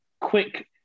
Quick